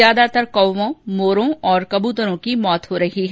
ज्यादातर कौवे मोर और कबूतरों की मृत्यु हो रही है